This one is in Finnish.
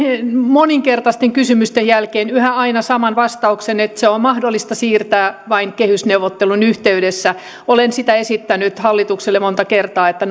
moninkertaisten kysymysten jälkeen totean yhä aina saman vastauksen että se on mahdollista siirtää vain kehysneuvottelun yhteydessä olen sitä esittänyt hallitukselle monta kertaa että